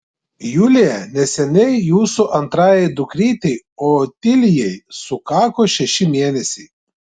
julija neseniai jūsų antrajai dukrytei otilijai sukako šeši mėnesiai